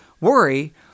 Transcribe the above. worry